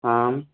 आम्